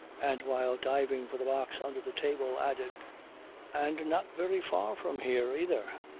and while diving for the box under the table added and not very far from here either.